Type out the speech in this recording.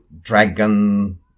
Dragon